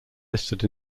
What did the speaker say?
listed